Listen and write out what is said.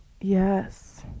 Yes